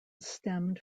stemmed